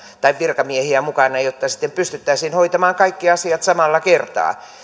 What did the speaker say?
tai virkamiehiä saattaisi olla mukana jotta sitten pystyttäisiin hoitamaan kaikki asiat samalla kertaa